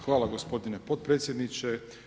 Hvala gospodine potpredsjedniče.